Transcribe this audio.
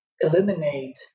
eliminate